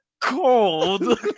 cold